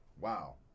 Wow